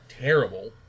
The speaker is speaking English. terrible